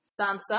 Sansa